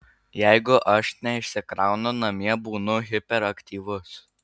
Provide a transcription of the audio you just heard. jeigu aš neišsikraunu namie būnu hiperaktyvus